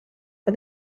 for